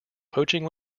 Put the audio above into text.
poaching